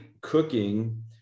cooking